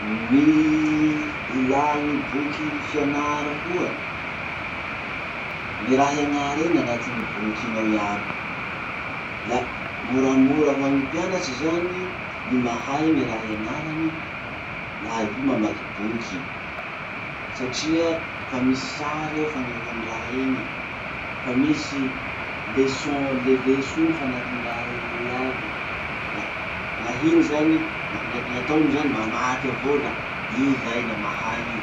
Gny ilà gny boky fianara koa. Gny raha ianara iny anatin'ny boky iny ao aby, la moramora hoan'ny mpianatry zany ny mahay ny raha ianarany laha i mamaky boky. Satria fa misy sary ao fanehoa any raha iny, fa misy leçons- leso iny fa anatiny raha iny ao aby. La gn'ahiny zany- gn'ataony zany mamaky avao la i zay mahay i.